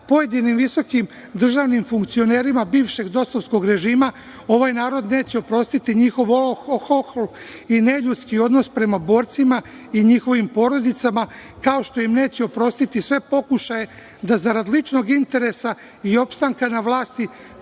pojedinim visokim državnim funkcionerima bivšeg DOS-ovskog režima ovaj narod neće oprostiti njihov neljudski odnos prema borcima i njihovim porodicama, kao što im neće oprostiti sve pokušaje da zarad ličnog interesa i opstanka na vlasti